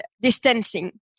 distancing